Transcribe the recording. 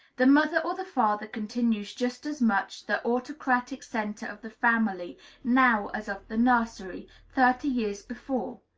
the mother or the father continues just as much the autocratic centre of the family now as of the nursery, thirty years before.